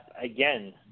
again